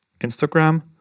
Instagram